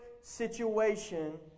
situation